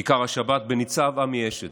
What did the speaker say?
כיכר השבת, בניצב עמי אשד,